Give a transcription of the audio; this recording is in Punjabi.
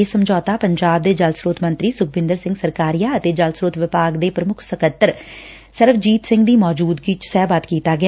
ਇਹ ਸਮਝੌਤਾ ਪੰਜਾਬ ਦੇ ਜਲ ਸਰੋਤ ਮੰਤਰੀ ਸੁਖਬਿੰਦਰ ਸਿੰਘ ਸਰਕਾਰੀਆ ਅਤੇ ਜਲ ਸਰੋਤ ਵਿਭਾਗ ਪ੍ਰਮੁੱਖ ਸਕੱਤਰ ਸਰਵਜੀਤ ਸਿੰਘ ਦੀ ਮੌਜੂਦਗੀ ਚ ਸਹੀਬੱਧ ਕੀਤਾ ਗਿਆ